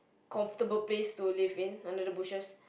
comfortable place to live in under the bushes